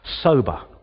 sober